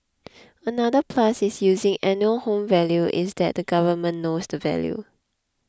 another plus in using annual home value is that the government knows the value